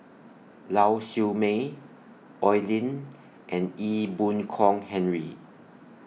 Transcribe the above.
Lau Siew Mei Oi Lin and Ee Boon Kong Henry